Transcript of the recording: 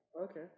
Okay